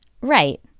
Right